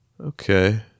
okay